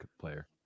player